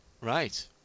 right